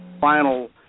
final